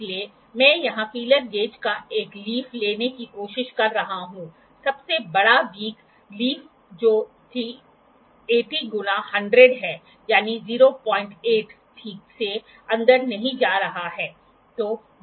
इसलिए मैं यहां फीलर गेज का एक लीफ लेने की कोशिश कर रहा हूं सबसे बड़ा वीकलीफ जो कि 80 गुणा 100 है यानि 08 ठीक से अंदर नहीं जा रहा है